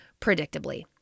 predictably